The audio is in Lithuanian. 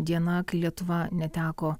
diena lietuva neteko